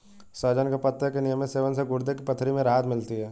सहजन के पत्ते के नियमित सेवन से गुर्दे की पथरी में राहत मिलती है